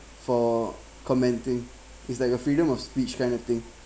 for commenting it's like a freedom of speech kind of thing